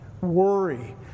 worry